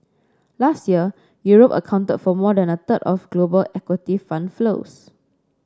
last year Europe accounted for more than a third of global equity fund flows